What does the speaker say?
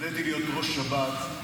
כשהתמניתי להיות ראש שב"כ,